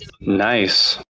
Nice